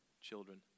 children